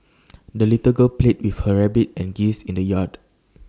the little girl played with her rabbit and geese in the yard